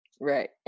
Right